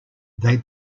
they